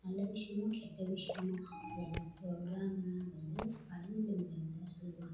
நல்ல விஷயமோ கெட்ட விஷயமோ அது எனக்கு சொல்கிறாங்கனா வந்து பழமொழி மூலயமாதான் சொல்லுவாங்க